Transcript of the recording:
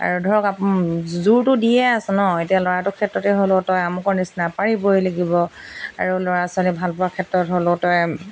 আৰু ধৰক আপ জোৰতো দিয়ে আছে ন এতিয়া ল'ৰাটোৰ ক্ষেত্ৰতে হ'লেও তই আমোকৰ নিচিনা পাৰিবই লাগিব আৰু ল'ৰা ছোৱালী ভাল পোৱাৰ ক্ষেত্ৰত হ'লেও তই